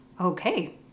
okay